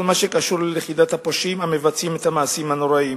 מה שקשור ללכידת הפושעים המבצעים את המעשים הנוראים.